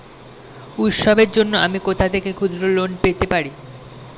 উৎসবের জন্য আমি কোথা থেকে ক্ষুদ্র লোন পেতে পারি?